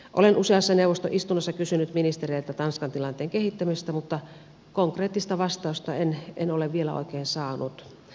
olen useassa neuvoston istunnossa kysynyt ministereiltä tanskan tilanteen kehittämisestä mutta konkreettista vastausta en ole vielä oikein saanut